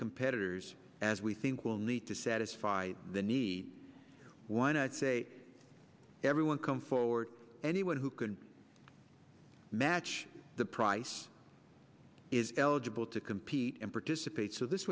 competitors as we think we'll need to satisfy the need want to say everyone come forward anyone who can match the price is eligible to compete and participate so this